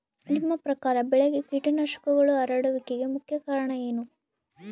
ನಿಮ್ಮ ಪ್ರಕಾರ ಬೆಳೆಗೆ ಕೇಟನಾಶಕಗಳು ಹರಡುವಿಕೆಗೆ ಮುಖ್ಯ ಕಾರಣ ಏನು?